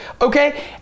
okay